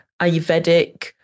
Ayurvedic